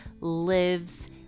lives